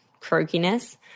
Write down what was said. croakiness